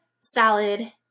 salad